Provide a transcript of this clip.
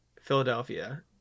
Philadelphia